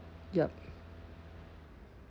yup